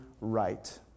right